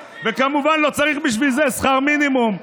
וכמובן, לא צריך בשביל זה שכר מינימום.